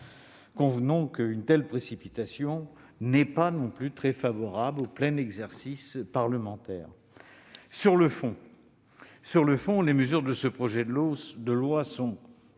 Convenons qu'une telle précipitation n'est guère favorable au plein exercice parlementaire. Sur le fond, les mesures de ce projet de loi sont